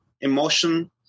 emotion